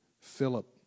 Philip